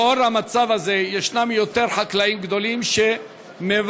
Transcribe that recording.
לאור המצב הזה יש יותר חקלאים גדולים שמבקשים